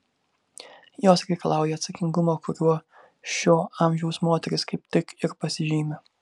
jos reikalauja atsakingumo kuriuo šio amžiaus moterys kaip tik ir pasižymi